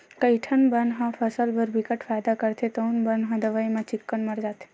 कइठन बन ह फसल बर बिकट फायदा करथे तउनो बन ह दवई म चिक्कन मर जाथे